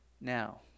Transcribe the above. Now